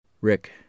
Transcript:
Rick